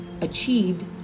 achieved